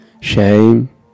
shame